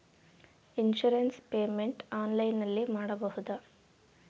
Insurance payment ಆನ್ಲೈನಿನಲ್ಲಿ ಮಾಡಬಹುದಾ?